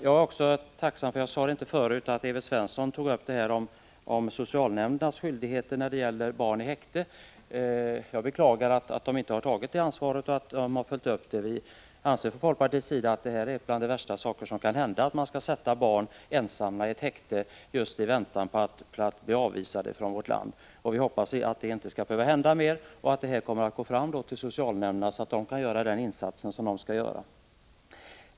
Jag är även tacksam för — det sade jag inte förut — att Evert Svensson tog upp frågan om socialnämndernas skyldighet när det gäller barn i häkte. Jag beklagar att socialnämnderna inte har tagit sitt ansvar. Vi anser från folkpartiets sida att det är bland det värsta som kan hända att barn sätts ensamma i häkte i väntan på att bli avvisade från vårt land. Vi hoppas att sådant inte behöver hända mer och att socialnämnderna kan göra den insats som de skall göra.